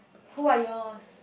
who are yours